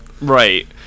Right